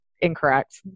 incorrect